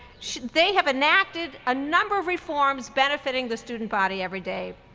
they have enacted a number of reforms benefiting the student body every day.